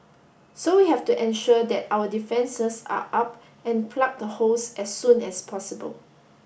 so we have to ensure that our defences are up and plug the holes as soon as possible